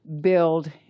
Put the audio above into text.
build